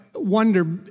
wonder